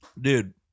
dude